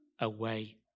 away